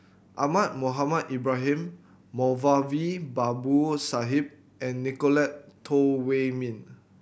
Ahmad Mohamed Ibrahim Moulavi Babu Sahib and Nicolette Teo Wei Min